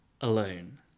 alone